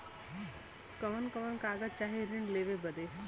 कवन कवन कागज चाही ऋण लेवे बदे?